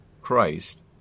Christ